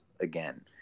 again